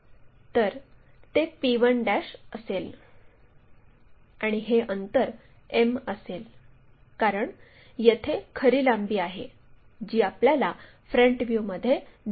तर ते p1 असेल आणि हे अंतर m असेल कारण येथे खरी लांबी आहे जी आपल्याला फ्रंट व्ह्यूमध्ये दिसेल